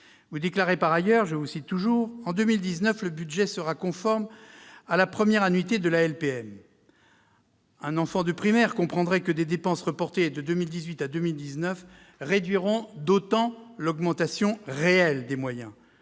Vous déclarez par ailleurs, monsieur le ministre :« En 2019, le budget sera conforme à la première annuité de la LPM ». Un enfant d'école primaire comprendrait que des dépenses reportées de 2018 à 2019 réduiront d'autant l'augmentation réelle des moyens !